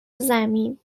زمین